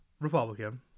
Republican